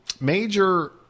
Major